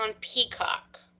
Peacock